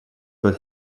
but